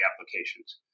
applications